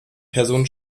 person